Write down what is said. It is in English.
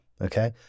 Okay